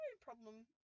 problem